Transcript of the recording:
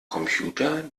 computer